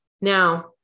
now